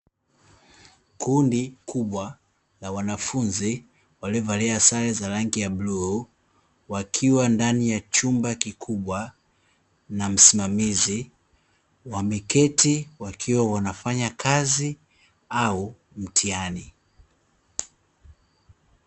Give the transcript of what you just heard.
Kundi kubwa la wanafunzi waliovalia sare za rangi ya bluu wakiwa ndani ya chumba kikubwa na msimamizi wameketi wakiwa wanafanya kazi au mtihani.